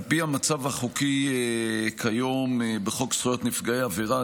על פי המצב החוקי כיום בחוק זכויות נפגעי עבירה,